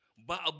Ba